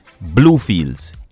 Bluefields